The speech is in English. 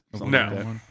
No